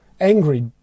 angry